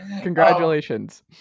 Congratulations